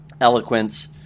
eloquence